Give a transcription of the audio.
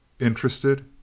Interested